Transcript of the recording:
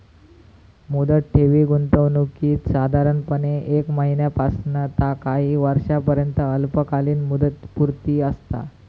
मुदत ठेवी गुंतवणुकीत साधारणपणे एक महिन्यापासना ता काही वर्षांपर्यंत अल्पकालीन मुदतपूर्ती असता